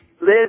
Liz